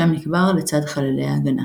שם נקבר לצד חללי "ההגנה".